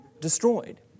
destroyed